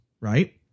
Right